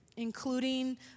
including